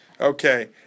Okay